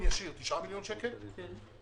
שקיבלנו אותו מקק"ל 10 מיליון שקל.